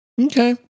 Okay